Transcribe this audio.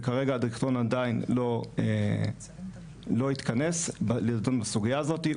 וכרגע הדירקטוריון עדיין לא התכנס לדון בסוגיה הזאת.